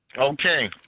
Okay